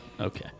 Okay